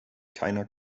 keiner